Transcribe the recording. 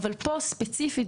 אבל ספציפית,